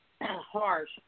harsh